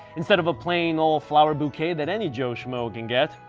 instead of a plain ol flower bouquet that any joe schmo can get,